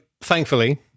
thankfully